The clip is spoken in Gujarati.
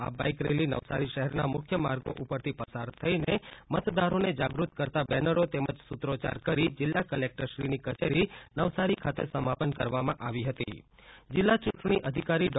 આ બાઇક રેલી નવસારી શહેરના મુખ્ય માર્ગો ઉપરથી પસાર થઇને મતદારોને જાગૃત કરતા બેનરો તેમજ સૂત્રોચ્ચાર કરી જિલ્લા કલેકટરશ્રીની કચેરી નવસારી ખાતે સમાપન કરવામાં આવી હતી જિલ્લા ચૂંટણી અધિકારી ડૉ